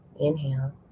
Inhale